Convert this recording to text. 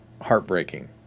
heartbreaking